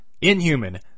inhuman